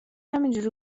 همینجوری